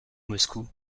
moscou